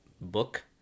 book